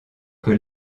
que